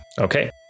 Okay